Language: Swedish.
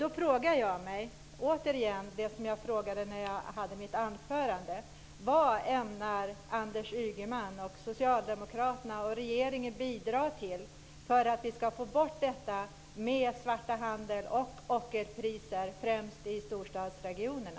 Då frågar jag mig återigen, som jag frågade i mitt anförande: Vad ämnar Anders Ygeman, Socialdemokraterna och regeringen bidra med för att vi ska få bort svarthandel och ockerpriser främst i storstadsregionerna?